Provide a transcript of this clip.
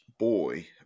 boy